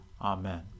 Amen